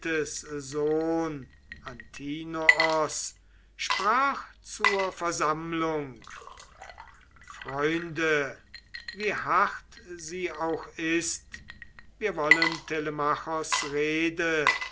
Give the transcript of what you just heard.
antinoos sprach zur versammlung freunde wie hart sie auch ist wir wollen telemachos rede